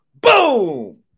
Boom